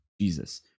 Jesus